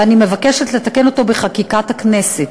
ואני מבקשת לתקן אותו בחקיקת הכנסת.